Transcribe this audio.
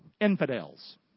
infidels